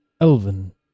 elven